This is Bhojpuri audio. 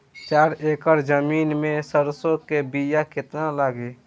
चार एकड़ जमीन में सरसों के बीया कितना लागी?